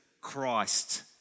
Christ